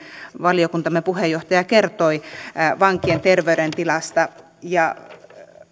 valiokuntamme puheenjohtaja kertoi vankien terveydentilasta ja